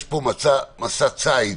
יש פה מסע צייד